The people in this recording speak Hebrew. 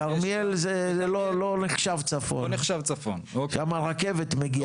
כרמיאל זה לא נחשב צפון, שם הרכבת מגיעה.